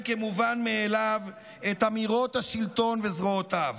כמובן מאליו את אמירות השלטון וזרועותיו.